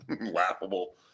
laughable